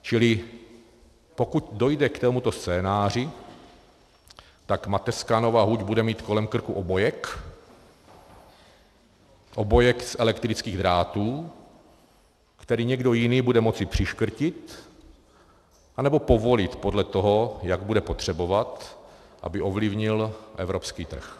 Čili pokud dojde k tomuto scénáři, tak mateřská Nová huť bude mít kolem krku obojek, obojek z elektrických drátů, který někdo jiný bude moci přiškrtit anebo povolit, podle toho, jak bude potřebovat, aby ovlivnil evropský trh.